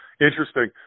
Interesting